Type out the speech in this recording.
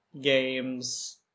games